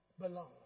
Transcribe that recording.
Belong